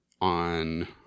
on